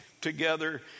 together